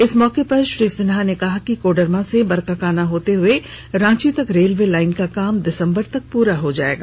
इस मौके पर श्री सिन्हा ने कहा कि कोडरमा से बरकाकाना होते हए रांची तक रेलवे लाईन का काम दिसम्बर तक पूरा हो जाएगा